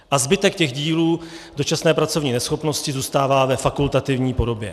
A zbytek těch dílů dočasné pracovní neschopnosti zůstává ve fakultativní podobě.